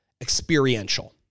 experiential